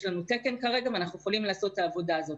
לנו תקן כרגע ואנחנו יכולים לעשות את העבודה הזאת.